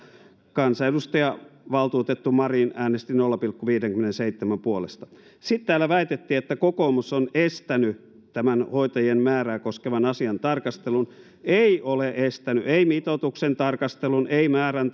kansanedustaja valtuutettu marin äänesti nolla pilkku viidenkymmenenseitsemän puolesta sitten täällä väitettiin että kokoomus on estänyt tämän hoitajien määrää koskevan asian tarkastelun ei ole estänyt ei mitoituksen tarkastelua ei määrän